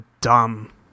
dumb